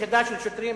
יחידה של שוטרים,